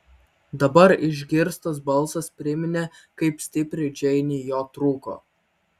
dabar išgirstas balsas priminė kaip stipriai džeinei jo trūko